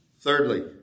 Thirdly